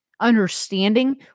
understanding